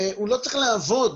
הוא לא צריך לעבוד,